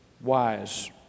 wise